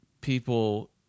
people